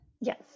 Yes